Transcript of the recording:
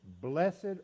blessed